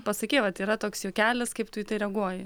pasakei vat yra toks juokelis kaip tu į tai reaguoji